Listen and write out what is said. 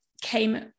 came